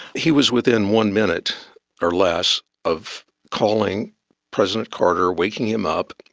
he was within one minute or less of calling president carter, waking him up,